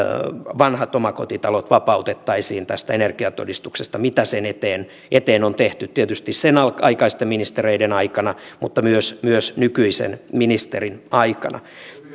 vanhat omakotitalot vapautettaisiin tästä energiatodistuksesta mitä sen eteen eteen on tehty tietysti sen aikaisten ministereiden aikana mutta myös myös nykyisen ministerin aikana